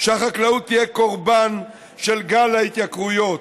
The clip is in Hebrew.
שהחקלאות תהיה קורבן של גל ההתייקרויות.